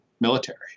military